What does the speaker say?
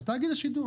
אז תאגיד השידור.